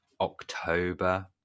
October